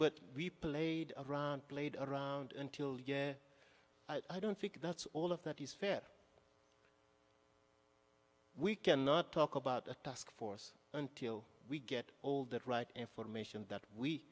but we played around played around until year i don't think that's all of that is fair we cannot talk about a task force until we get all that right information that we